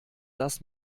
dass